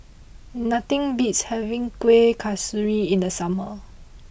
nothing beats having Kuih Kasturi in the summer